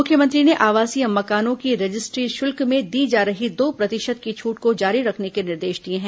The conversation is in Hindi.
मुख्यमंत्री ने आवासीय मकानों की रजिस्टी शुल्क में दी जा रही दो प्रतिशत की छट को जारी रखने के निर्देश दिए हैं